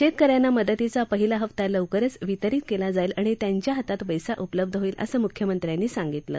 शेतकऱ्यांना मदतीचा पहिला हप्ता लवकरच वितरित केला जाईल आणि त्यांच्या हातात पैसा उपलब्ध होईल असं मुख्यमंत्र्यांनी सांगितलं